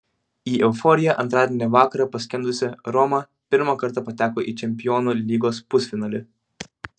į euforiją antradienį vakarą paskendusi roma pirmą kartą pateko į čempionų lygos pusfinalį